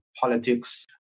politics